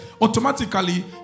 automatically